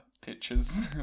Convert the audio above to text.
pictures